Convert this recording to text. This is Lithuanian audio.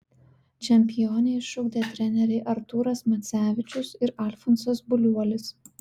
čempionę išugdė treneriai artūras macevičius ir alfonsas buliuolis